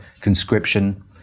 conscription